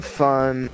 fun